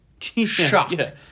Shocked